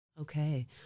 Okay